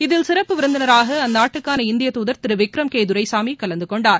இதில் சிறப்பு விருந்தினராக அந்நாட்டுக்காள இந்திய துதர் திரு விக்ரம் கே துரைசாமி கலந்துகொண்டார்